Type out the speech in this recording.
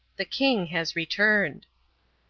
the king has returned.